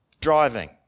Driving